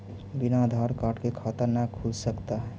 बिना आधार कार्ड के खाता न खुल सकता है?